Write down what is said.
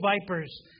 vipers